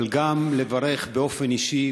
אבל גם לברך באופן אישי,